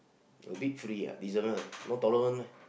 a bit free ah December no tournament meh